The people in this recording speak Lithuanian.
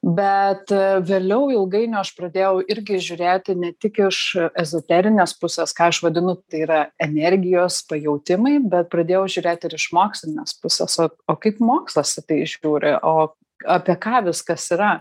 bet vėliau ilgainiui aš pradėjau irgi žiūrėti ne tik iš ezoterinės pusės ką aš vadinu tai yra energijos pajautimai bet pradėjau žiūrėt ir iš mokslinės pusės o o kaip mokslas į tai žiūri o apie ką viskas yra